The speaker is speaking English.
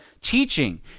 teaching